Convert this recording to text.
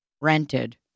rented